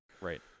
Right